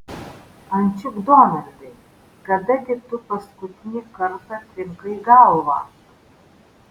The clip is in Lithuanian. ančiuk donaldai kada gi tu paskutinį kartą trinkai galvą